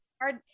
hard